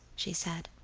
she said.